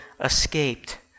escaped